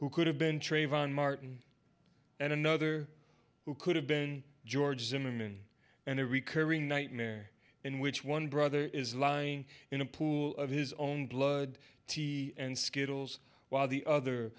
who could have been trayvon martin and another who could have been george zimmerman and a recurring nightmare in which one brother is lying in a pool of his own blood tea and skittles while the other